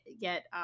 get